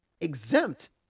exempt